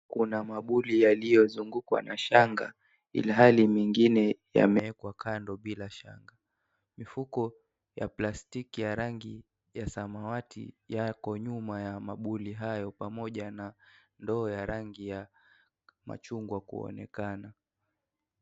Kuna maburi yaliyozungukwa na shanga ilhali mengine yamewekwa kando bila shanga. Mifuko ya plastiki ya rangi ya samawati yako nyuma ya maburi hayo pamoja na ndoo ya rangi ya machungwa kuonekana.